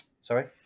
Sorry